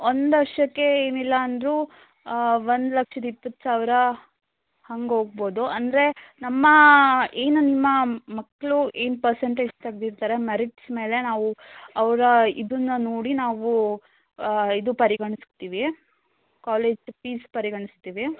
ಒಂದು ವರ್ಷಕ್ಕೆ ಏನಿಲ್ಲ ಅಂದರೂ ಒಂದು ಲಕ್ಷದ ಇಪ್ಪತ್ತು ಸಾವಿರ ಹಂಗೆ ಹೋಗ್ಬೋದು ಅಂದರೆ ನಮ್ಮ ಏನು ನಿಮ್ಮ ಮಕ್ಕಳು ಏನು ಪರ್ಸಂಟೇಜ್ ತಗ್ದಿರ್ತಾರೆ ಮೆರಿಟ್ಸ್ ಮೇಲೆ ನಾವು ಅವರ ಇದನ್ನ ನೋಡಿ ನಾವು ಇದು ಪರಿಗಣಿಸ್ತೀವಿ ಕಾಲೇಜ್ ಫೀಸ್ ಪರಿಗಣಿಸ್ತೀವಿ